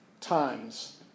times